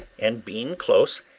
and being close,